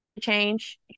change